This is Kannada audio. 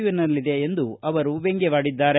ಯು ನಲ್ಲಿದೆ ಎಂದು ವ್ಯಂಗ್ಯವಾಡಿದ್ದಾರೆ